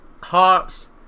hearts